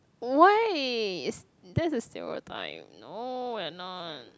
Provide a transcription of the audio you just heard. waste that's a stereotype no we're not